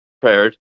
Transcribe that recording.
prepared